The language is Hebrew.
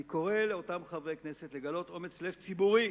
אני קורא לאותם חברי כנסת לגלות אומץ לב ציבורי